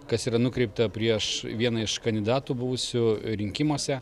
kas yra nukreipta prieš vieną iš kandidatų buvusių rinkimuose